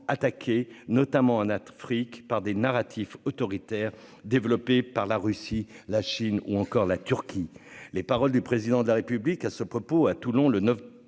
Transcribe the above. attaqué, notamment en Afrique par des narratif autoritaire développées par la Russie, la Chine ou encore la Turquie, les paroles du président de la République à ce propos, à Toulon, le 9